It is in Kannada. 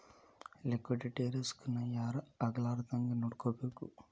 ಲಿಕ್ವಿಡಿಟಿ ರಿಸ್ಕ್ ನ ಯಾರ್ ಆಗ್ಲಾರ್ದಂಗ್ ನೊಡ್ಕೊಬೇಕು?